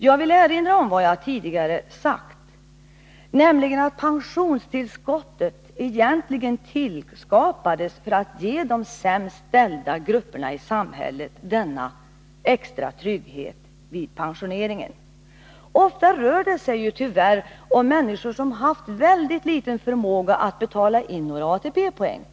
Jag vill erinra om vad jag tidigare har sagt, nämligen att pensionstillskottet egentligen tillskapades för att ge de sämst ställda grupperna i samhället en extra trygghet vid pensioneringen. Ofta rör det sig tyvärr om människor som haft väldigt liten förmåga att skaffa sig några ATP-poäng.